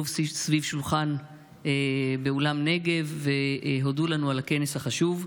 סביב השולחן באולם נגב והודו לנו על הכנס החשוב.